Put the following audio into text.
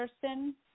person